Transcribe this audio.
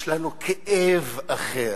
יש לנו כאב אחר.